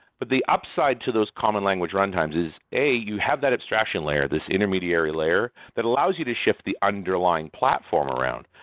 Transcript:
but the upside to those common language runtimes is a you have that abstraction layer, this intermediary layer that allows you to shift the underlying platform around.